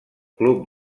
club